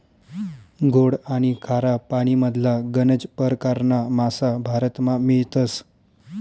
गोड आनी खारा पानीमधला गनज परकारना मासा भारतमा मियतस